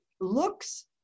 looks